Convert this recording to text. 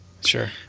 sure